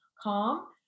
calm